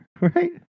right